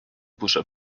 puso